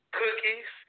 cookies